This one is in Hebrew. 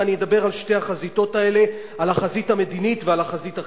ואני מדבר על שתי החזיתות האלה: על החזית המדינית ועל החזית החברתית.